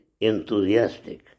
enthusiastic